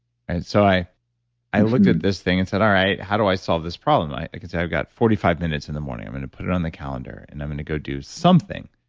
and so i i looked at this thing and said, all right, how do i solve this problem? i i can say i've got forty five minutes in the morning, i'm going to put it on the calendar and i'm going to go do something,